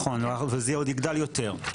נכון, וזה עוד יגדל יותר,